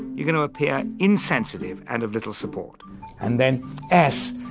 you know appear insensitive and of little support and then s,